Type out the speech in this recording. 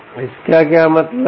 इसका क्या मतलब है